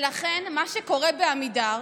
מה שקורה בעמידר